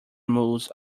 mules